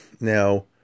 Now